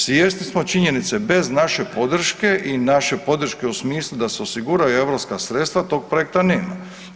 Svjesni smo činjenice bez naše podrške i naše podrške u smislu da se osiguraju europska sredstva tog projekta nema.